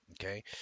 Okay